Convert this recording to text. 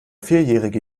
vierjährige